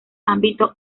ámbito